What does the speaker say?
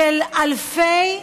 של אלפי אנשים,